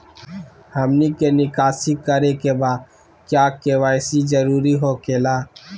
हमनी के निकासी करे के बा क्या के.वाई.सी जरूरी हो खेला?